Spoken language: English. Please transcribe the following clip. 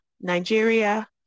Nigeria